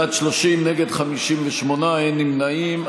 בעד, 30, נגד, 58, אין נמנעים.